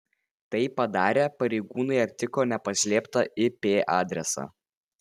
tai padarę pareigūnai aptiko nepaslėptą ip adresą